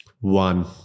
one